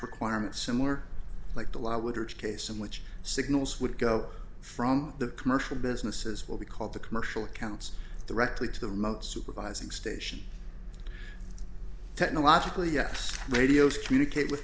requirement similar like the law would rich case in which signals would go from the commercial businesses will be called the commercial accounts directly to the remote supervising station technologically yes radios communicate with